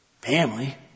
family